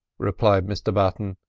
replied mr button,